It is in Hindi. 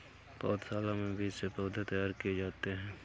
पौधशाला में बीज से पौधे तैयार किए जाते हैं